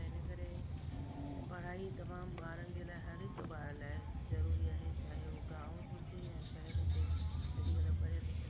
त इन करे पढ़ाई तमामु ॿारनि जे लाइ हर हिक ॿार लाइ ज़रूरी आहे चाहे उहो गामु हुजे या शहरु हुजे अॼुकल्ह पढ़ियलु लिखयलु